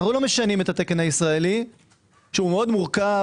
אנו לא משנים את התקן הישראלי שהוא מאוד מורכב